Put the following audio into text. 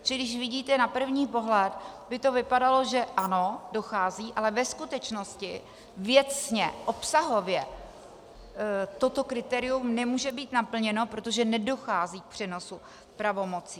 Čili už vidíte, že na první pohled by to vypadalo, že ano, dochází, ale ve skutečnosti věcně, obsahově toto kritérium nemůže být naplněno, protože nedochází k přenosu pravomocí.